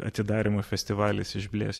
atidarymo festivalis išblės